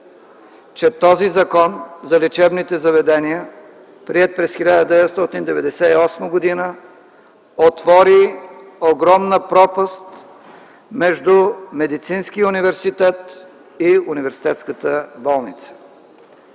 че Законът за лечебните заведения, приет през 1998 г., отвори огромна пропаст между Медицинския университет и Университетската болница.